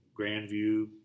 Grandview